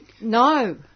no